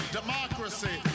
democracy